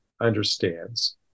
understands